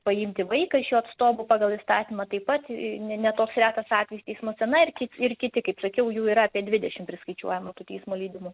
paimti vaiką iš jo atstovų pagal įstatymą taip pat ne ne toks retas atvejis teismuose na ir kit ir kiti kaip sakiau jų yra apie dvidešim priskaičiuojama tų teismo leidimų